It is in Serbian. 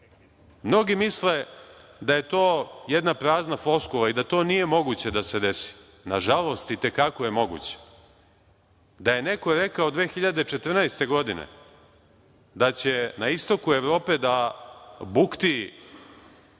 mnogi misle da je to jedna prazna floskula i da to nije moguće da se desi. Nažalost, i te kako je moguće. Da je neko rekao 2014. godine da će na istoku Evrope da bukti